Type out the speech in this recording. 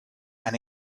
and